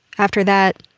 after that,